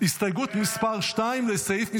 הסתייגות מס' 2, לסעיף 1,